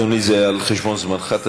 אני מכיר שיר אחר, אדוני, זה על חשבון זמנך.